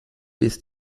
ist